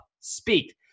speak